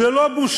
זו לא בושה